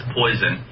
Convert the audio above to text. poison